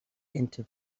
into